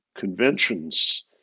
Conventions